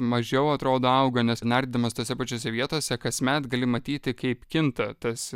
mažiau atrodo auga nes nardydamas tose pačiose vietose kasmet gali matyti kaip kinta tas